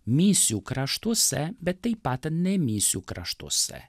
misijų kraštuose bet taip pat ir ne misijų kraštuose